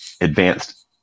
advanced